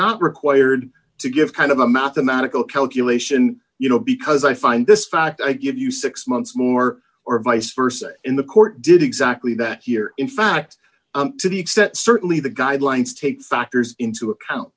not required to give kind of a mathematical calculation you know because i find this fact i give you six months more or vice versa in the court did exactly that here in fact to the extent certainly the guidelines take factors into account